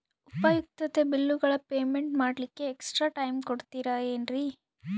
ಉಪಯುಕ್ತತೆ ಬಿಲ್ಲುಗಳ ಪೇಮೆಂಟ್ ಮಾಡ್ಲಿಕ್ಕೆ ಎಕ್ಸ್ಟ್ರಾ ಟೈಮ್ ಕೊಡ್ತೇರಾ ಏನ್ರಿ?